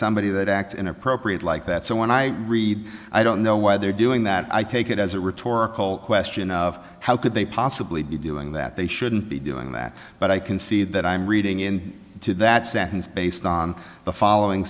somebody that acts inappropriate like that so when i read i don't know why they're doing that i take it as a rhetorical question of how could they possibly be doing that they shouldn't be doing that but i can see that i'm reading in to that sentence based on the following